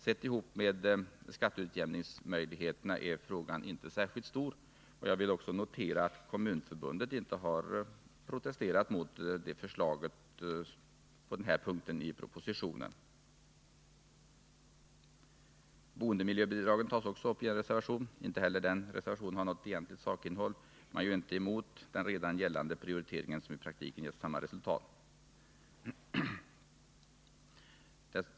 Sett ihop med skatteutjämningsmöjligheterna är frågan inte särskilt stor, och jag vill också notera att Kommunförbundet inte har protesterat mot förslaget på den här punkten i propositionen. Boendemiljöbidragen tas också upp i en reservation. Inte heller den reservationen har något egentligt sakinnehåll— man är ju inte emot den redan gällande prioriteringen, som i praktiken gett samma resultat.